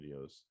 videos